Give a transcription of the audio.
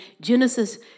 Genesis